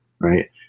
Right